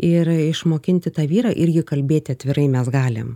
ir išmokinti tą vyrą ir jį kalbėti atvirai mes galim